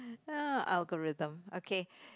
ya algorithm okay